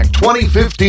2015